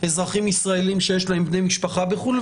אזרחים ישראליים שיש להם בני משפחה בחו"ל,